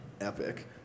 epic